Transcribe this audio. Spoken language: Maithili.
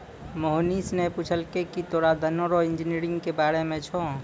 मोहनीश ने पूछलकै की तोरा धन रो इंजीनियरिंग के बारे मे छौं?